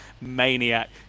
maniac